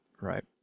right